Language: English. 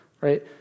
right